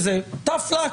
Tough luck.